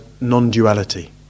non-duality